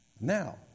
Now